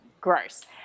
gross